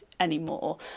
anymore